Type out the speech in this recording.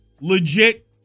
legit